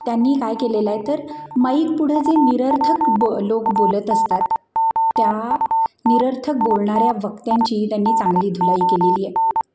त्यांनी काय केलेलं आहे तर माईकपुढं जे निरर्थक ब लोक बोलत असतात त्या निरर्थक बोलणाऱ्या वक्त्यांची त्यांनी चांगली धुलाई केलेली आहे